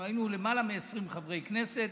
אנחנו היינו למעלה מ-20 חברי כנסת.